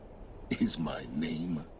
is my name?